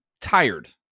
tired